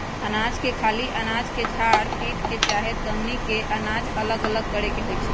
अनाज के खाली अनाज के झार पीट के चाहे दउनी क के अनाज अलग करे के होइ छइ